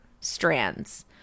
strands